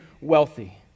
wealthy